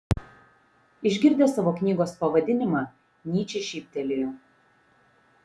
išgirdęs savo knygos pavadinimą nyčė šyptelėjo